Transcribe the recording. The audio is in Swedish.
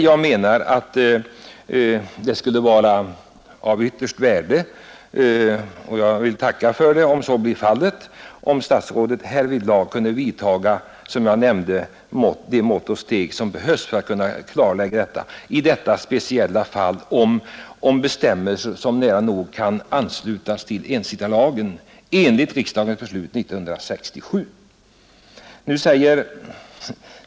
Jag menar att det skulle vara av synnerligen stort värde, och jag vill tacka för det om så blir fallet, om statsrådet härvidlag kunde vidta nödvändiga mått och steg för att klarlägga detta — detta speciella fall som rör bestämmelser som nära nog ansluter sig till ensittarlagen enligt riksdagens beslut 1967.